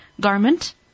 garment